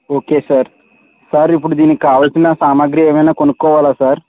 okay sir sir ఇప్పుడు దీనికి కావలసిన సామాగ్రి ఏమైనా కొనుకోవాల సార్